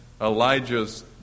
Elijah's